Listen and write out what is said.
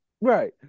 right